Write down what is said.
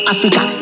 Africa